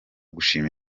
gushima